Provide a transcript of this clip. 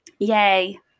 Yay